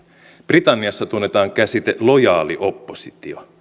britanniassa tunnetaan käsite lojaali oppositio